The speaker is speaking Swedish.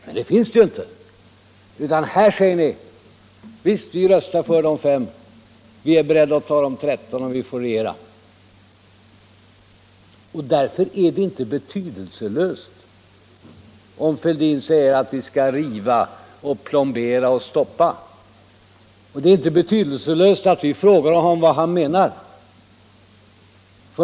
Men det finns det inte. Ni säger: Visst, vi röstar för de fem kärnkraftverken, och vi är beredda att acceptera de tretton, om vi får regera. Därför är det inte betydelselöst om herr Fälldin säger att vi skall riva, plombera och stoppa kärnkraftverken, och det är inte betydelselöst om vi frågar honom vad han menar.